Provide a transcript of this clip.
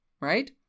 right